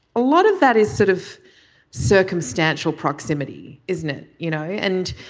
a lot of that is sort of circumstantial proximity isn't it you know and